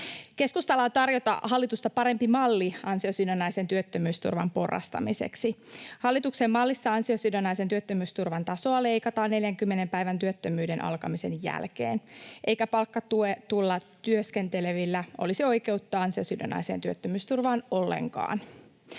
Keskustalla on tarjota hallitusta parempi malli ansiosidonnaisen työttömyysturvan porrastamiseksi. Hallituksen mallissa ansiosidonnaisen työttömyysturvan tasoa leikataan 40 päivän työttömyyden alkamisen jälkeen eikä palkkatuettuna työskentelevillä olisi oikeutta ansiosidonnaiseen työttömyysturvaan ollenkaan.